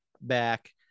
back